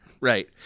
Right